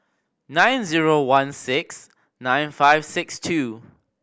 nine zero one six nine five six two